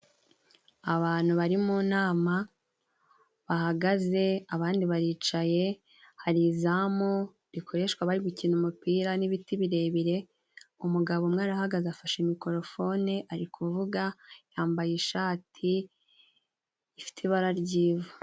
Abantu bari mu nama bahagaze abandi baricaye hari izamu rikoreshwa bari gukina umupira n'ibiti birebire umugabo umwe arahagaze afashe mikorofone ari kuvuga yambaye ishati ifite ibara ry'ivu.